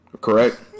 correct